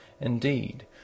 Indeed